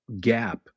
gap